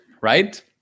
right